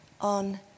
on